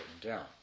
down